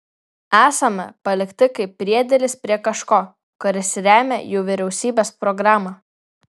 esame palikti kaip priedėlis prie kažko kuris remią jų vyriausybės programą